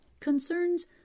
concerns